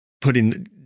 putting